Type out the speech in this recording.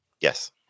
yes